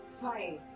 fine